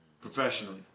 professionally